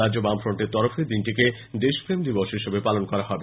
রাজ্য বামফ্রন্টের তরফে দিনটিকে দেশপ্রেম দিবস হিসাবে পালন করা হবে